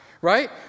right